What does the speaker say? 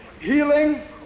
healing